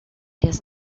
this